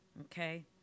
okay